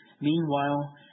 Meanwhile